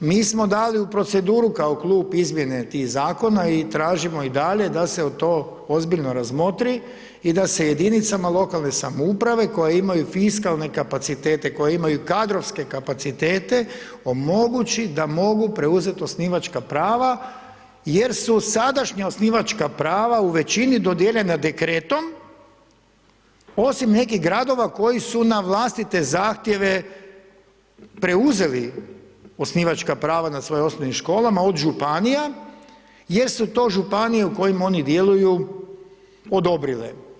Mi smo dali u proceduru kao klub izmjene tih zakona i tražimo i dalje da se to ozbiljno razmotri i da se jedinicama lokalne samouprave koji imaju fiskalne kapacitete, koji imaju kadrovske kapacitete omogući da mogu preuzeti osnivačka prava jer su sadašnja osnivačka prava u većini dodijeljena dekretom, osim nekih gradova koji su na vlastite zahtjeve preuzeli osnivačka prava na svojim osnovnim školama, od županija, jer su to županija u kojim oni djeluju odobrile.